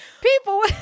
People